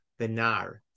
Benar